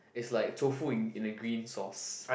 is like tofu in in a green sauce